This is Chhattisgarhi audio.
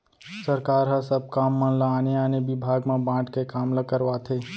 सरकार ह सब काम मन ल आने आने बिभाग म बांट के काम ल करवाथे